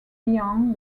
beyond